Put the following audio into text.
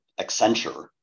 Accenture